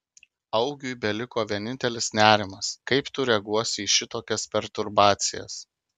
augiui beliko vienintelis nerimas kaip tu reaguosi į šitokias perturbacijas